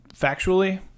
factually